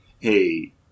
hey